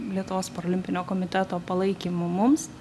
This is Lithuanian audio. lietuvos paralimpinio komiteto palaikymu mums